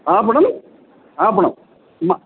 आपणम् आपणं मम